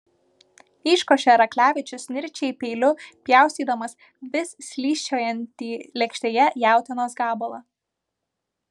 iškošė raklevičius nirčiai peiliu pjaustydamas vis slysčiojantį lėkštėje jautienos gabalą